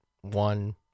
one